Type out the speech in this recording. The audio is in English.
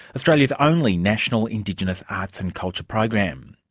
australia's only national indigenous arts and culture program.